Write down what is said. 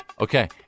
Okay